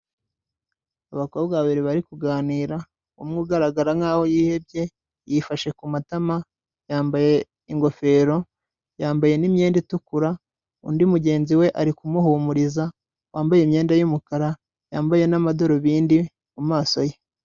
Abakobwa babiri bari kuganira, umwe ugaragara nkaho yihebye, yifashe ku matama, yambaye ingofero, yambaye n'imyenda itukura, undi mugenzi we ari kumuhumuriza, wambaye imyenda y'umukara, yambaye n'amadarubindi mu maso ye.